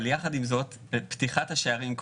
אבל יחד עם זאת פתיחת השערים,